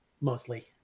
mostly